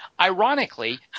Ironically